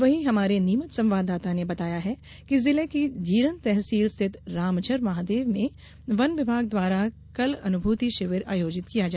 वही हमारे नीमच संवाददाता ने बताया है कि जिले की जीरन तहसील स्थित रामझर महादेव में वन विभाग द्वारा कल अनुभूति शिविर आयोजित किया गया